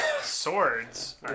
Swords